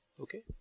Okay